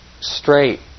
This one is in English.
straight